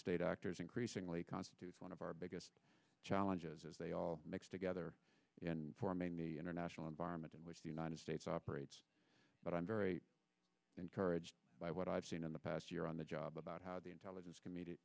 state actors increasingly constitute one of our biggest challenges as they all mix together and form a new international environment in which the united states operates but i'm very encouraged by what i've seen in the past year on the job about how the intelligence comm